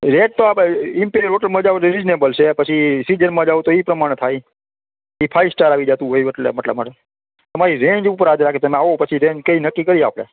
rate તો આપણે Imperial હોટલમાં જાવ તો રીઝનેબલ છે પછી સીઝનમાં જાવ તો એ પ્રમાણે થાય એ ફાઈવ સ્ટાર આવી જતું હોય એટલે મતલબ મારે તમારી રેન્જ ઉપર આધાર રાખે તમે આવો પછી રેન્જ કઈ નક્કી કરીએ આપણે